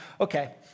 okay